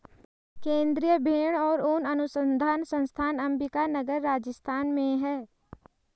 केन्द्रीय भेंड़ और ऊन अनुसंधान संस्थान अम्बिका नगर, राजस्थान में है